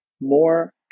more